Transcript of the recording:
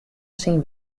syn